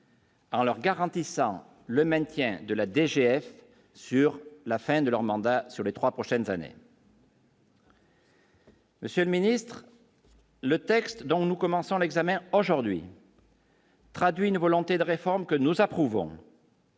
En leur garantissant le maintien de la DGF sur la fin de leur mandat, sur les 3 prochaines années. Monsieur le Ministre. Le texte dont nous commençons l'examen aujourd'hui. Traduit une volonté de réforme que nous approuvons.